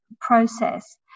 process